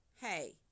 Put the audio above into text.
Hey